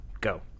go